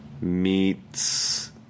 meets